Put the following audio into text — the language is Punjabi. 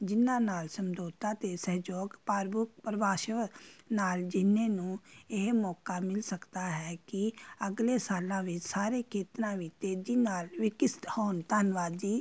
ਜਿਨ੍ਹਾਂ ਨਾਲ ਸਮਝੌਤਾ ਅਤੇ ਸਹਿਯੋਗ ਪਰਬੁਕ ਪਰਿਭਾਸਵ ਨਾਲ ਜਿੰਨੇ ਨੂੰ ਇਹ ਮੌਕਾ ਮਿਲ ਸਕਦਾ ਹੈ ਕਿ ਅਗਲੇ ਸਾਲਾਂ ਵਿੱਚ ਸਾਰੇ ਖੇਤਰਾਂ ਵਿੱਚ ਤੇਜ਼ੀ ਨਾਲ ਵਿਕਸਿਤ ਹੋਣ ਧੰਨਵਾਦ ਜੀ